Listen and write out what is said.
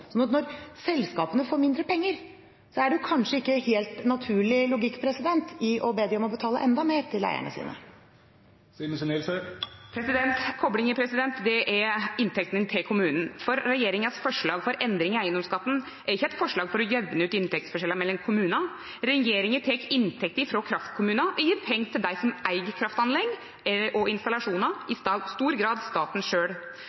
Når selskapene får mindre penger, er det kanskje ikke helt naturlig logikk i å be dem om å betale enda mer til eierne sine. Koblingen er inntektene til kommunene, for regjeringens forslag om endring i eiendomsskatten er ikke et forslag for å jevne ut inntektsforskjeller mellom kommuner. Regjeringen tar inntekter fra kraftkommuner og gir penger til dem som eier kraftanlegg og installasjoner – i